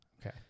Okay